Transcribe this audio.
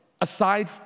aside